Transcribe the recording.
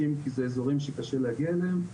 מאוישים בכל מיני מקומות כי זה אזורים שקשה להגיע אליהם.